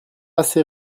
assez